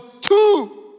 two